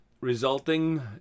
resulting